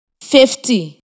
fifty